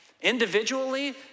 Individually